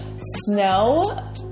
Snow